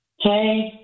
Hey